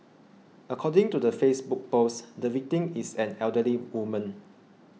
according to the Facebook post the victim is an elderly woman